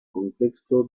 contexto